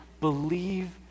believe